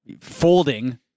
folding